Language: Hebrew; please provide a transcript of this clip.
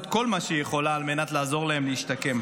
כל מה שהיא יכולה על מנת לעזור להם להשתקם.